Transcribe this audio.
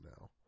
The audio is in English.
now